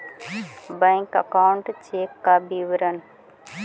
Bank account check का विवरण?